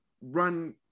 run